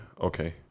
Okay